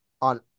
on